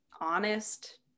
honest